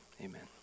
Amen